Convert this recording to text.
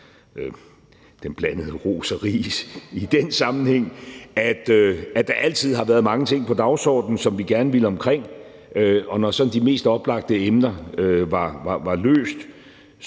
den blandede ros og ris i den sammenhæng – altså at der altid har været mange ting på dagsordenen, som vi gerne ville nå omkring, og at man, når sådan de mest oplagte emner var løst,